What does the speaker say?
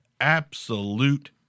Absolute